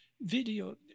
video